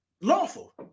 lawful